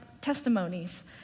testimonies